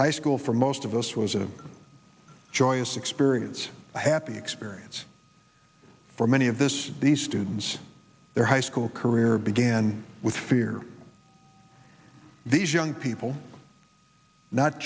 high school for most of us was a joyous experience a happy experience for many of this these students their high school career began with fear these young people not